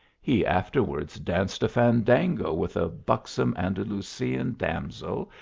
he afterwards danced a fandango with a buxom andalusian damsel,